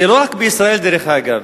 זה לא רק בישראל, דרך אגב.